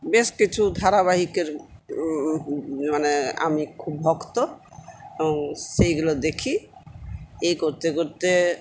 বেশ কিছু ধারাবাহিকের মানে আমি খুব ভক্ত এবং সেইগুলো দেখি এই করতে করতে